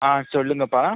ஆ சொல்லுங்கப்பா